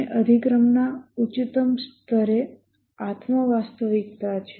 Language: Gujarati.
અને અધિક્રમના ઉચ્ચતમ સ્તરે આત્મ વાસ્તવિકતા છે